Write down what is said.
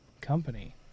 company